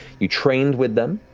you trained with them.